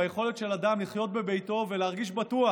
ביכולת של אדם לחיות בביתו ולהרגיש בטוח.